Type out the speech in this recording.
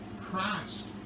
Christ